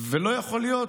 ולא יכול להיות